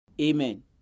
amen